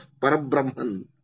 Parabrahman